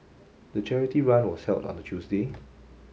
the charity run was held on a Tuesday